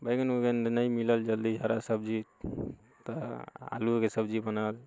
बैगन उगन तऽ नहि मिलल जल्दी हरा सब्जी तऽ आलुवेके सब्जी बनल